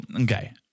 okay